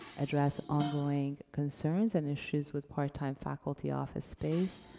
address ongoing concerns and issues with part-time faculty office space.